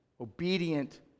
obedient